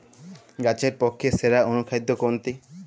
গাছের পক্ষে সেরা অনুখাদ্য কোনটি?